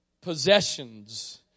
possessions